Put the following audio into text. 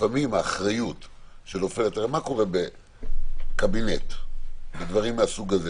לפעמים האחריות שנופלת הרי מה קורה בקבינט ודברים מהסוג הזה?